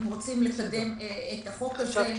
אם רוצים לקדם את החוק הזה.